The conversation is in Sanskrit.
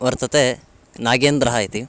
वर्तते नागेन्द्रः इति